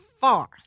far